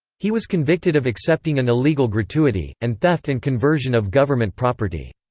he was convicted of accepting an illegal gratuity, and theft and conversion of government property.